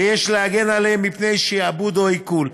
ויש להגן עליהם פני שעבוד או עיקול.